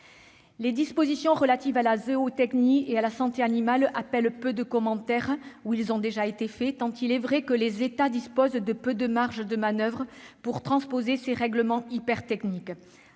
Les dispositions relatives à la zootechnie et à la santé animale appellent peu de commentaires, tant il est vrai que les États disposent de peu de marge de manoeuvre pour transposer ces règlements hypertechniques.